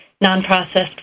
non-processed